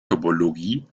topologie